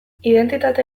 identitate